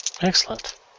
excellent